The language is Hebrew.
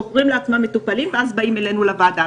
בוחרים לעצמם מטופלים ואז באים אלינו לוועדה.